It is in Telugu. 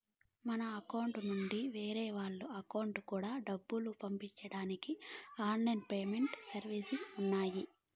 మన అకౌంట్ నుండి వేరే వాళ్ళ అకౌంట్ కూడా డబ్బులు పంపించడానికి ఆన్ లైన్ పేమెంట్ సర్వీసెస్ ఉన్నాయి